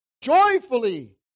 joyfully